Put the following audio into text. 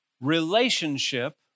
relationship